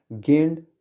gained